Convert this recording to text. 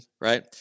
right